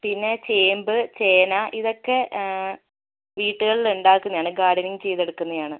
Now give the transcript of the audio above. പിന്നെ ചേമ്പ് ചേന ഇതൊക്കെ വീട്ടുകളിലുണ്ടാക്കുന്നതാണ് ഗാർഡനിങ് ചെയ്ത് എടുക്കുന്നതാണ്